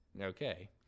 Okay